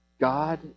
God